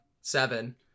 seven